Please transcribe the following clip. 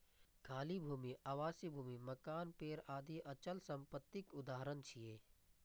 खाली भूमि, आवासीय भूमि, मकान, पेड़ आदि अचल संपत्तिक उदाहरण छियै